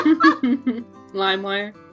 Limewire